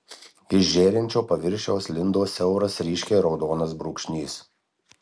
iš žėrinčio paviršiaus lindo siauras ryškiai raudonas brūkšnys